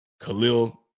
Khalil